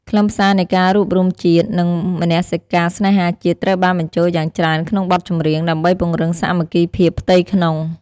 ខ្លឹមសារនៃការរួបរួមជាតិ និងមនសិការស្នេហាជាតិត្រូវបានបញ្ចូលយ៉ាងច្រើនក្នុងបទចម្រៀង ដើម្បីពង្រឹងសាមគ្គីភាពផ្ទៃក្នុង។